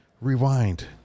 Rewind